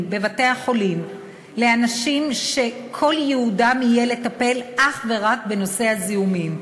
בבתי-החולים לאנשים שכל ייעודם יהיה אך ורק בנושא הזיהומים.